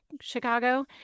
Chicago